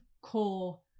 core